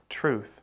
truth